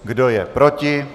Kdo je proti?